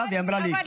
עכשיו היא אמרה לי.